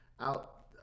out